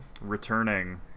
returning